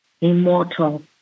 immortal